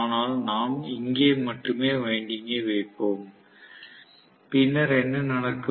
ஆனால் நாம் இங்கே மட்டுமே வைண்டிங்கை வைப்போம் பின்னர் என்ன நடக்கும்